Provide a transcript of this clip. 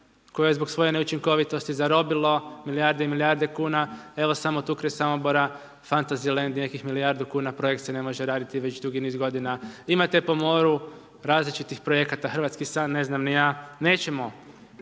koje je zbog svoje neučinkovitosti zarobilo milijarde i milijarde kuna, evo samo tu kraj Samobora Fantasy land je nekih milijardu kuna, projekt se ne može raditi već dugi niz godina. Imate po moru različitih projekata, Hrvatski san, ne znam ni ja, nećemo,